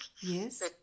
Yes